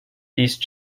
these